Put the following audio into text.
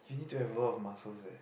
need to have a lot of muscles eh